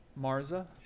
Marza